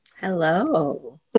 Hello